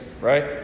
right